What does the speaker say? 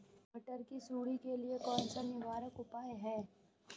मटर की सुंडी के लिए कौन सा निवारक उपाय है?